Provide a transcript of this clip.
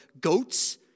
goats